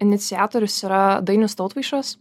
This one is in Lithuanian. iniciatorius yra dainius tautvaišas